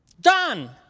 Done